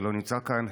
שלא נמצא כאן,